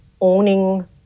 owning